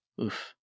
Oof